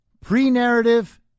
Pre-narrative